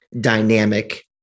dynamic